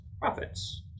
prophets